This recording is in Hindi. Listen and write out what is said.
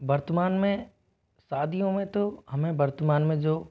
वर्तमान में सादियों में तो हमें वर्तमान में जो